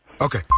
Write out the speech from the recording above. Okay